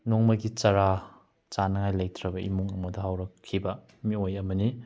ꯅꯣꯡꯃꯒꯤ ꯆꯔꯥ ꯆꯥꯅꯤꯡꯉꯥꯏ ꯂꯩꯇ꯭ꯔꯕ ꯏꯃꯨꯡ ꯑꯃꯗ ꯍꯧꯔꯛꯈꯤꯕ ꯃꯤꯑꯣꯏ ꯑꯃꯅꯤ